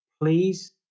please